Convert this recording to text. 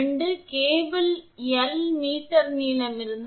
𝜌 என்பது in இல் உள்ள இன்சுலேடிங் பொருளின் எதிர்ப்பாகும்